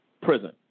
prison